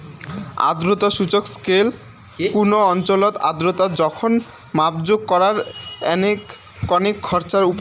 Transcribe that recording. আর্দ্রতা সূচক স্কেল কুনো অঞ্চলত আর্দ্রতার জোখন মাপজোক করার এ্যাকনা কণেক খরচার উপাই